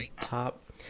top